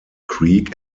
creek